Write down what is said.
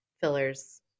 fillers